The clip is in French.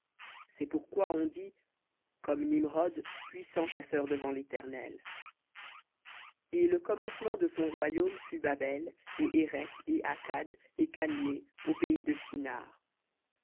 c'est pourquoi on dit comme nimrod puissant chasseur devant léternel et le commencement de son royaume fut babel et érec et accad et calné au pays de shinhar